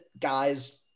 guys